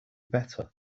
better